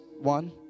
one